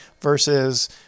versus